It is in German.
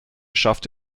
schafft